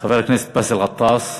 חבר הכנסת באסל גטאס,